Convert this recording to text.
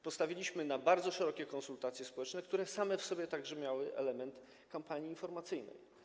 Postawiliśmy na bardzo szerokie konsultacje społeczne, które same w sobie także miały element kampanii informacyjnej.